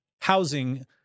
housing